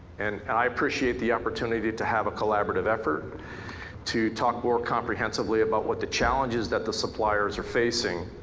and and i appreciate the opportunity to have a collaborative effort to talk more comprehensibly about what the challenges that the suppliers are facing.